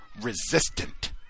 resistant